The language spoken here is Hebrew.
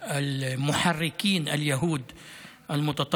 אני זוכר שרק לפני שבועיים-שלושה היו שבעה הרוגים